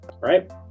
right